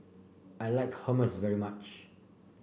I like Hummus very much